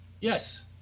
Yes